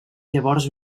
llavors